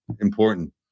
important